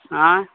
आँय